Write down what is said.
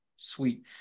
sweet